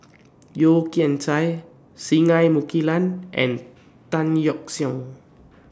Yeo Kian Chai Singai Mukilan and Tan Yeok Seong